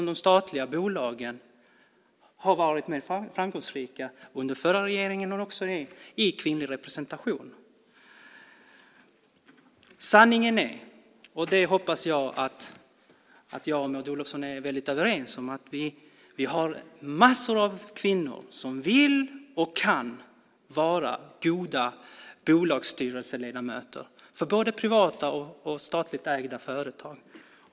De statliga bolagen har varit mer framgångsrika också i kvinnlig representation under den förra regeringen. Sanningen är den - jag hoppas att jag och Maud Olofsson är väldigt överens om det - att massor av kvinnor vill och kan vara goda bolagsstyrelseledamöter i både privata och statligt ägda företag.